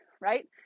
right